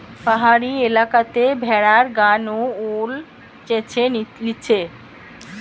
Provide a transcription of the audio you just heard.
পাহাড়ি এলাকাতে ভেড়ার গা নু উল চেঁছে লিছে